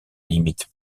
limite